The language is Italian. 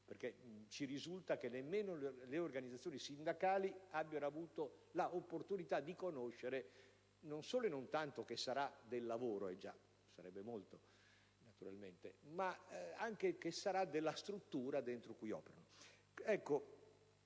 ci risulta che nemmeno le organizzazioni sindacali abbiano avuto l'opportunità di conoscere non solo e non tanto che ne sarà del lavoro - già sarebbe molto - ma anche che ne sarà della struttura dentro la quale operano)